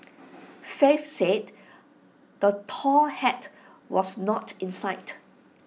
faith said the tall hat was not in sight